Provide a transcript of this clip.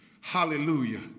Hallelujah